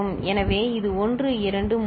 எனவே இது 1 2 3